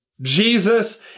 Jesus